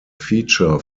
feature